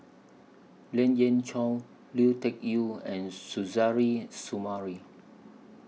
Lien Ying Chow Lui Tuck Yew and Suzairhe Sumari